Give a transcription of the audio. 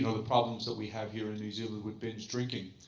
you know the problems that we have here in new zealand with binge drinking,